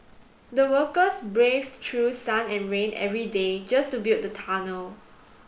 the workers braved through sun and rain every day just to build the tunnel